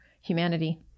humanity